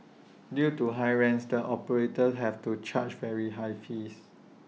due to high rents the operators have to charge very high fees